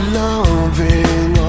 loving